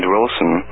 Wilson